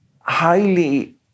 highly